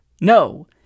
No